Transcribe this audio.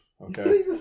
Okay